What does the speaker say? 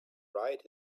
ride